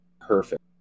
perfect